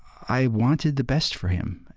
i wanted the best for him.